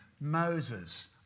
Moses